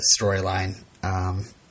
Storyline